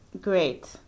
Great